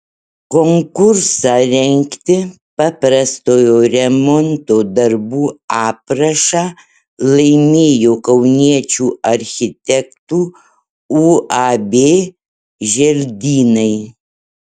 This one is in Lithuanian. konkursą rengti paprastojo remonto darbų aprašą laimėjo kauniečių architektų uab želdynai